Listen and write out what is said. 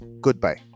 Goodbye